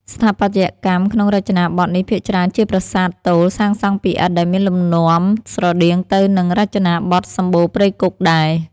ស្ថាបត្យកម្មក្នុងរចនាបថនេះ ភាគច្រើនជាប្រាសាទទោល សាងសង់ពីឥដ្ឋ ដែលមានលំនាំស្រដៀងទៅនឹងរចនាបថសម្បូណ៍ព្រៃគុកដែរ។